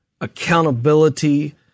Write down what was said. accountability